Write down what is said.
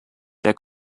der